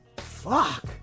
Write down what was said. fuck